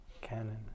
Canon